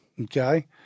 okay